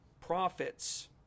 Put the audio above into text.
profits